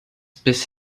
bis